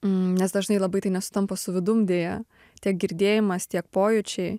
nes dažnai labai tai nesutampa su vidum deja tiek girdėjimas tiek pojūčiai